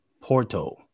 Porto